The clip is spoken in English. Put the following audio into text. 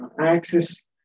axis